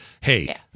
Hey